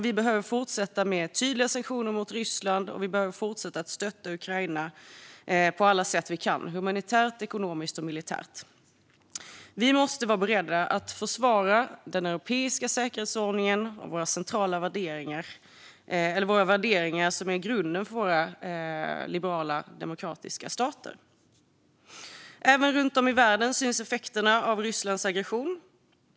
Vi behöver fortsätta med tydliga sanktioner mot Ryssland, och vi behöver fortsätta att stötta Ukraina på alla sätt vi kan - humanitärt, ekonomiskt och militärt. Vi måste vara beredda att försvara den europeiska säkerhetsordningen och våra värderingar som är grunden för våra liberala, demokratiska stater. Även runt om i världen syns effekterna av Rysslands aggression.